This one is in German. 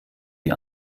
die